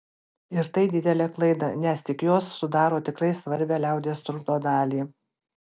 ir tai didelė klaida nes tik jos sudaro tikrai svarbią liaudies turto dalį